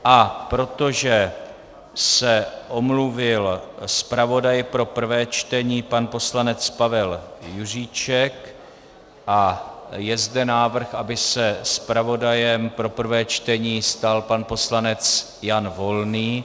A protože se omluvil zpravodaj pro prvé čtení pan poslanec Pavel Juříček a je zde návrh, aby se zpravodajem pro prvé čtení stal pan poslanec Jan Volný.